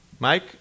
Mike